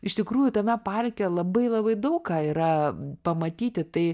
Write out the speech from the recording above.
iš tikrųjų tame parke labai labai daug ką yra pamatyti tai